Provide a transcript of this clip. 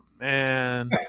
Man